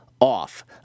off